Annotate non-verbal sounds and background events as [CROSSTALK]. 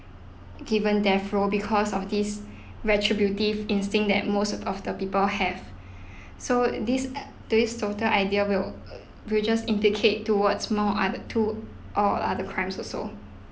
given death row because of this retributive instinct that most of the people have [BREATH] so this [NOISE] this total idea will uh will just indicate towards more other to all other crimes also